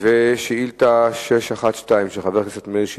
שאל את שר הביטחון ביום ט'